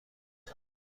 کنیم